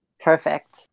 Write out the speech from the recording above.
Perfect